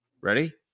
ready